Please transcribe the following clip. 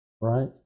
Right